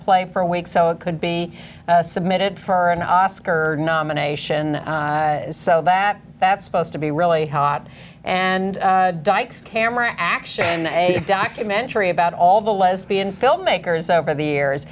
play for a week so it could be submitted for an oscar nomination so that that's supposed to be really hot and dykes camera action and a documentary about all the lesbian filmmakers over the years